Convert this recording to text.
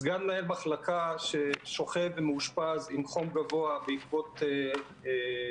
סגן מנהל מחלקה שמאושפז עם חום גבוה בעקבות הקורונה,